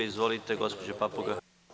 Izvolite, gospođo Papuga.